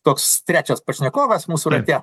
koks trečias pašnekovas mūsų rate